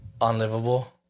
unlivable